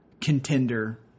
contender